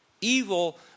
Evil